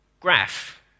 graph